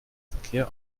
verkehr